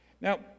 Now